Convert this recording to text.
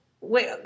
wait